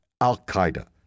al-Qaeda